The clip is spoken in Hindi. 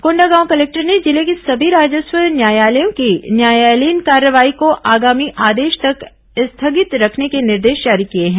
कोंडागांव कलेक्टर ने जिले के सभी राजस्व न्यायालयों की न्यायालीन कार्रवाई को आगामी आदेश तक स्थगित रखने के निर्देश जारी किए हैं